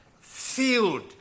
filled